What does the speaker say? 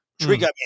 trigger